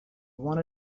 one